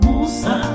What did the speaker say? Musa